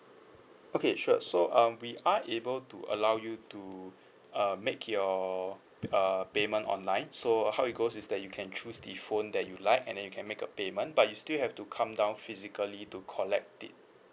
okay sure so um we are able to allow you to uh make your uh payment online so how it goes is that you can choose the phone that you like and then you can make a payment but you still have to come down physically to collect it